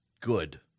Good